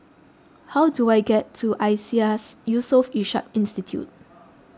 how do I get to Iseas Yusof Ishak Institute